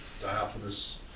diaphanous